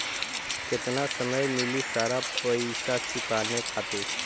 केतना समय मिली सारा पेईसा चुकाने खातिर?